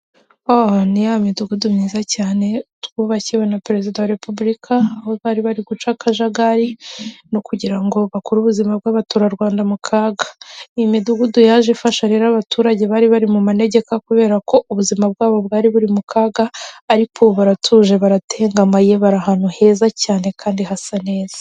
Aha ni ya midugudu myiza cyane twubakiwe na perezida wa repuburika aho bari bari guca akajagari no kugira ngo bakure ubuzima bw'abaturarwanda mu kaga. Iyi midugudu yaje ifasha rero abaturage bari bari mu manegeka kubera ko ubuzima bwabo bwari buri mu kaga ariko ubu baratuje baratengamaye bari ahantu heza cyane kandi hasa neza.